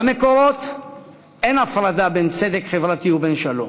במקורות אין הפרדה בין צדק חברתי ובין שלום,